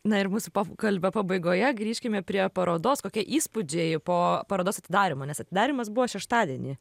na ir mūsų pokalbio pabaigoje grįžkime prie parodos kokie įspūdžiai po parodos atidarymo nes atidarymas buvo šeštadienį